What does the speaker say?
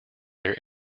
their